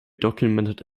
documented